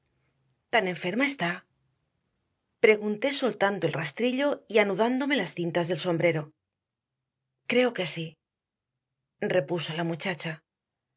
tan enferma está pregunté soltando el rastrillo y anudándome las cintas del sombrero creo que sí repuso la muchacha